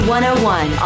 101